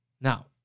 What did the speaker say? now